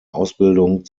ausbildung